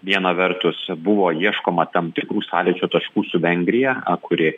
viena vertus buvo ieškoma tam tikrų sąlyčio taškų su vengrija kuri